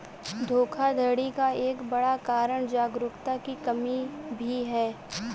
धोखाधड़ी का एक बड़ा कारण जागरूकता की कमी भी है